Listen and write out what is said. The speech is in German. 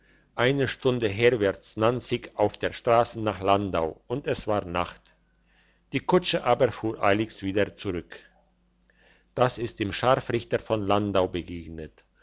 eine stunde herwärts nanzig auf der strasse nach landau und es war nacht die kutsche aber fuhr eiligs wieder zurück das ist dem scharfrichter von landau begegnet